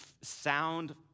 sound